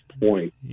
Point